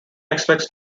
expects